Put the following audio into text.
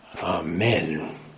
Amen